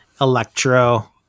electro